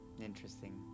Interesting